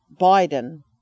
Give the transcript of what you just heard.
Biden